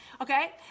okay